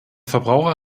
verbraucher